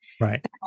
Right